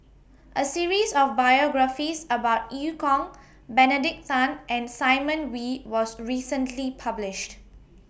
A series of biographies about EU Kong Benedict Tan and Simon Wee was recently published